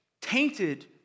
tainted